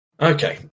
Okay